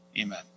Amen